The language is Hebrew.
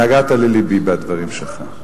נגעת ללבי בדברים שלך.